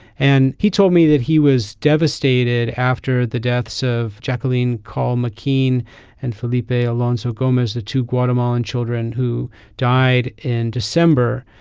and he told me that he was devastated after the deaths of jacqueline carl mckean and philippe alonzo gomez the two guatemalan children who died in december.